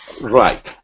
Right